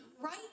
right